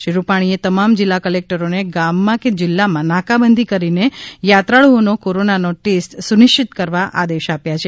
શ્રી રૂપાણીએ તમામ જિલ્લા કલેકટરોને ગામમાં કે જિલ્લામાં નાકાબંધી કરીને યાત્રાળુઓનો કોરોનાનો ટેસ્ટ સુનિશ્ચિત કરવાના આદેશ આપ્યા છે